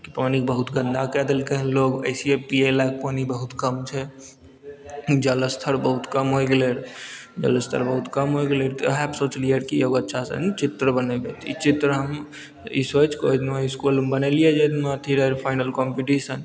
कि पानि बहुत गन्दा कए देलकै हन लोग ऐसे ही पीयै लायक पानि बहुत कम छै जल स्तर बहुत कम होय गेलै जल स्तर बहुत कम होय गेलै तऽ ओहए पे सोचलियै रहऽ कि एगो अच्छा सन चित्र बनेबै तऽ ई चित्र हम ई सोचि कऽ हम इसकुलमे बनेलियै जे फाइनल कॉम्पीटिशन